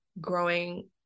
growing